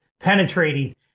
penetrating